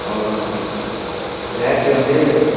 அவ்வளோதான் பேட்ரி வந்து